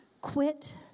Quit